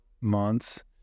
months